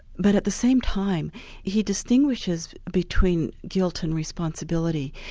but at the same time he distinguishes between guilt and responsibility,